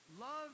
love